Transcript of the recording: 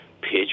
pitch